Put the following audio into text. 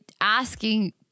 asking